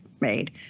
made